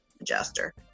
adjuster